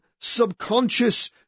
subconscious